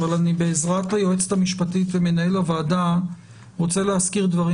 אבל בעזרת היועצת המשפטית ומנהל הוועדה אני רוצה להזכיר דברים